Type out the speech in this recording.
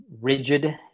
rigid